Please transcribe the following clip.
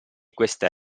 questa